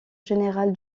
générale